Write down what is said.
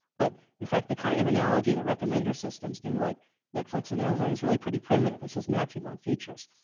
but in fact, the kind of analogy the recommender systems do like netflix and amazon is really pretty primitive. it's just matching on features.